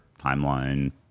timeline